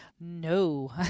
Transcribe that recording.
no